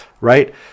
right